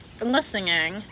listening